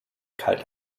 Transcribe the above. kalt